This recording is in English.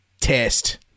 test